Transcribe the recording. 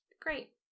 great